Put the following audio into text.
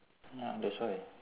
mm that's why